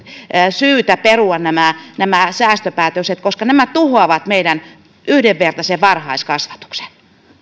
syytä perua nämä nämä säästöpäätökset koska nämä tuhoavat meidän yhdenvertaisen varhaiskasvatuksemme